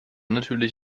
natürlich